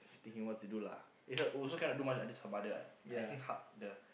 she thinking what to do lah it h~ also cannot do much what that's her mother what I think hard the